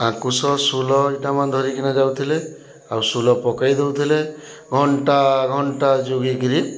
ଆଙ୍କୁଶ ସୋଲ ଏଇଟା ମାନେ ଧରିକିନା ଯାଉଥିଲେ ଆଉ ସୋଲ ପକାଇଦଉଥିଲେ ଘଣ୍ଟା ଘଣ୍ଟା ଜଗିକିରି